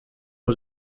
aux